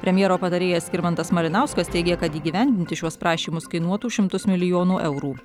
premjero patarėjas skirmantas malinauskas teigė kad įgyvendinti šiuos prašymus kainuotų šimtus milijonų eurų